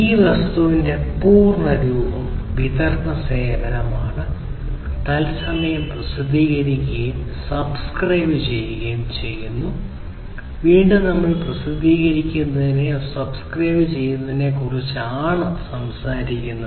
ഈ വസ്തുവിന്റെ പൂർണ്ണ രൂപം വിതരണ സേവനമാണ് തത്സമയം പ്രസിദ്ധീകരിക്കുകയും സബ്സ്ക്രൈബ് ചെയ്യുകയും ചെയ്യുക വീണ്ടും നമ്മൾ പ്രസിദ്ധീകരിക്കുന്നതിനെസബ്സ്ക്രൈബ് ചെയ്യുന്നതിനെക്കുറിച്ചാണ് സംസാരിക്കുന്നത്